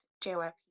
jyp